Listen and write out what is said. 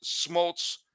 Smoltz